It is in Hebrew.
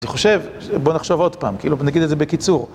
אני חושב, בוא נחשוב עוד פעם, כאילו נגיד את זה בקיצור.